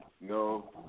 No